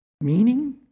Meaning